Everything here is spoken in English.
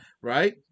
Right